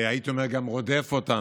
והייתי אומר גם רודף אותנו?